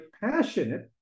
passionate